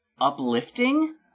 uplifting